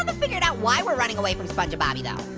um figured out why we're running away from spongebobby though.